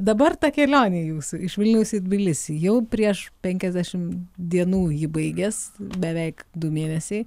dabar ta kelionė jūsų iš vilniaus į tbilisį jau prieš penkiasdešimt dienų ji baigės beveik du mėnesiai